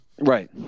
Right